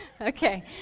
okay